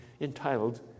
entitled